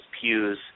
Pew's